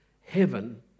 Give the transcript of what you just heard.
heaven